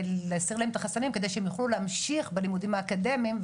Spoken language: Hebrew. ולהסיר להם את החסמים כדי שהם יוכלו להמשיך בלימודים האקדמיים,